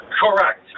Correct